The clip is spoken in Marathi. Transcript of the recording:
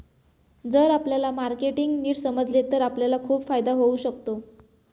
जर आपल्याला मार्केटिंग नीट समजले तर आपल्याला खूप फायदा होऊ शकतो